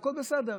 הכול בסדר,